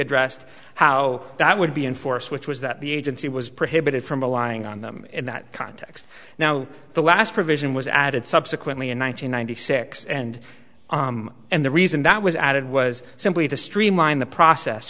addressed how that would be enforced which was that the agency was prohibited from allying on them in that context now the last provision was added subsequently in one thousand nine hundred six and and the reason that was added was simply to streamline the process